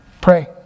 Pray